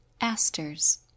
Asters